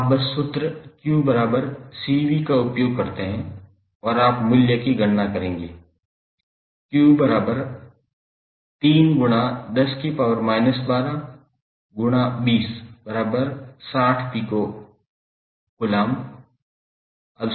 आप बस सूत्र 𝑞𝐶𝑣 का उपयोग करते हैं और आप मूल्य की गणना करेंगे 𝑞3∗10−12∗2060 pC